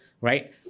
right